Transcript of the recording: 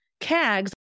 CAGS